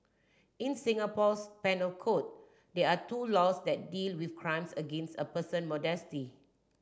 in Singapore's penal code there are two laws that deal with crimes against a person modesty